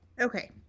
Okay